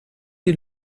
you